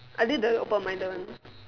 are they the open-minded one